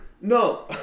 no